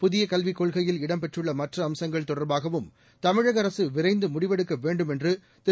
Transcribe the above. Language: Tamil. புதிய கல்விக் கொள்கையில் இடம்பெற்றுள்ள மற்ற அம்சங்கள் தொடர்பாகவும் தமிழக அரசு விரைந்து முடிவெடுக்க வேண்டும் என்று திரு